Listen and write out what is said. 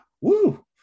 woo